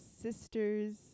sisters